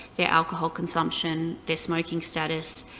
their alcohol consumption, their smoking status,